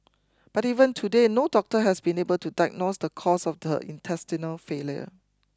but even today no doctor has been able to diagnose the cause of her intestinal failure